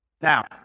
Now